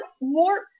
more